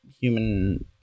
human